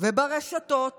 וברשתות